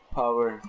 power